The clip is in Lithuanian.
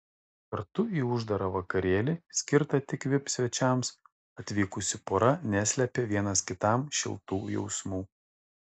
kartu į uždarą vakarėlį skirtą tik vip svečiams atvykusi pora neslėpė vienas kitam šiltų jausmų